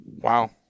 Wow